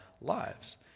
lives